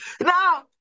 Now